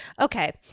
okay